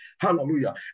Hallelujah